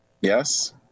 Yes